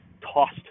tossed